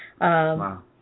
Wow